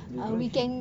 they don't